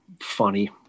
funny